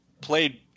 played